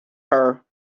her